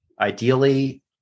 ideally